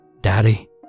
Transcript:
Daddy